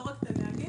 לא רק את הנהגים,